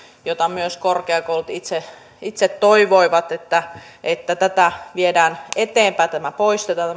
josta korkeakoulut myös itse toivoivat että että tätä viedään eteenpäin tämä maksu poistetaan